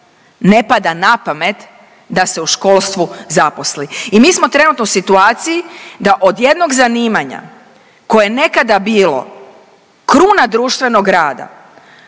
ne pada na pamet da se u školstvu zaposli. I mi smo trenutno u situaciji da od jednog zanimanja koje je nekada bilo kruna društvenog rada,